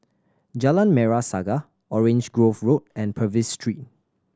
Jalan Merah Saga Orange Grove Road and Purvis Street